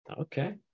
Okay